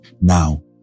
now